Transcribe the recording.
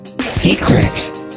secret